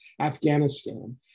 Afghanistan